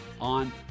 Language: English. on